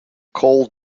cold